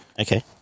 Okay